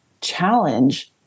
challenge